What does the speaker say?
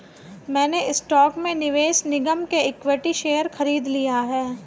मैंने स्टॉक में निवेश निगम के इक्विटी शेयर खरीदकर किया है